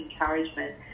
encouragement